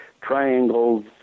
triangles